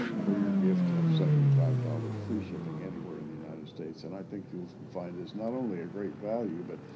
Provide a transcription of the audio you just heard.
for your gift of seventy five dollars, free shipping anywhere in the united states. and i think you'll find this not only a great value but